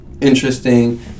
interesting